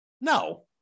No